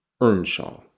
Earnshaw